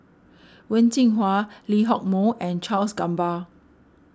Wen Jinhua Lee Hock Moh and Charles Gamba